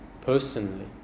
personally